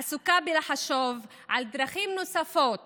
עסוקה בלחשוב על דרכים נוספות